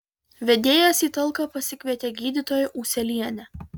vedėjas į talką pasikvietė gydytoją ūselienę